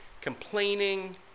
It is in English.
complaining